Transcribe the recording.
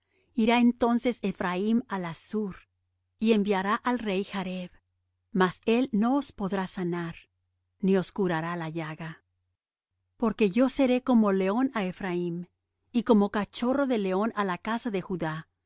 irá entonces ephraim al assur y enviará al rey jareb mas él no os podrá sanar ni os curará la llaga porque yo seré como león á ephraim y como cachorro de león á la casa de judá